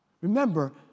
remember